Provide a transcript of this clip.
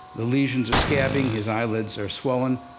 the lesions are scabbing, his eyelids are swollen,